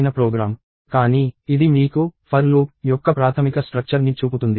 కానీ ఇది మీకు ఫర్ లూప్ యొక్క ప్రాథమిక స్ట్రక్చర్ ని చూపుతుంది